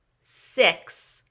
Six